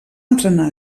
entrenar